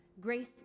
Grace